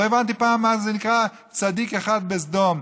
לא הבנתי פעם מה זה נקרא צדיק אחד בסדום.